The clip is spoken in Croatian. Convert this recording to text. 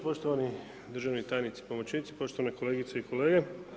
Poštovani državni tajnici, pomoćnici, poštovane kolegice i kolege.